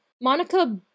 Monica